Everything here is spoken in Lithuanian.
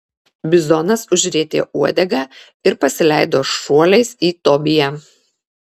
bizonas užrietė uodegą ir pasileido šuoliais į tobiją